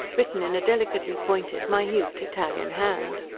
written in a delicately pointed, minute, italian hand.